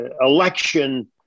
election